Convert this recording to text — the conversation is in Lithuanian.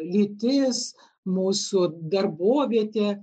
lytis mūsų darbovietė